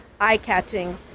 eye-catching